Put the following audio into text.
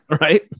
Right